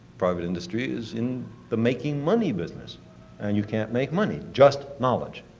private industry is in the making money business and you can't make money, just knowledge,